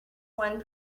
one